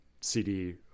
CD